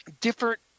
different